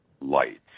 lights